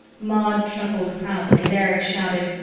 maud chuckled proudly and erich shouted,